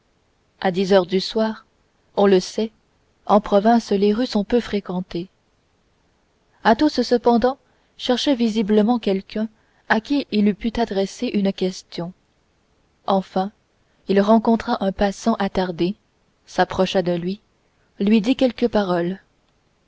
à dix heures du soir on le sait en province les rues sont peu fréquentées athos cependant cherchait visiblement quelqu'un à qui il pût adresser une question enfin il rencontra un passant attardé s'approcha de lui lui dit quelques paroles